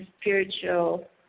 spiritual